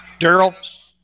Daryl